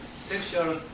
sexual